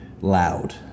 loud